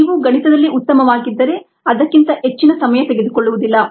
ನೀವು ಗಣಿತದಲ್ಲಿ ಉತ್ತಮವಾಗಿದ್ದರೆ ಅದಕ್ಕಿಂತ ಹೆಚ್ಚಿನ ಸಮಯ ತೆಗೆದುಕೊಳ್ಳುವುದಿಲ್ಲ